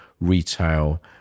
retail